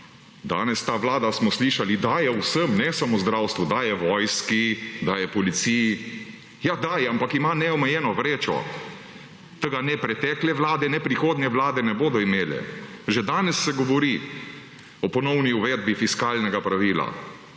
danes ta vlada, smo slišali, daje vsem, ne samo zdravstvu. Daje vojski, daje policiji. Ja, daje, ampak ima neomejeno vrečo. Tega ne pretekle vlade ne prihodnje vlade ne bodo imele. Že danes se govori o ponovni uvedbi fiskalnega pravila,